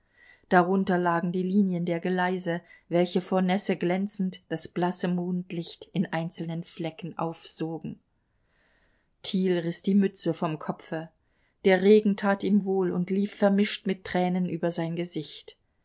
darunter lagen die linien der geleise welche vor nässe glänzend das blasse mondlicht in einzelnen flecken aufsogen thiel riß die mütze vom kopfe der regen tat ihm wohl und lief vermischt mit tränen über sein gesicht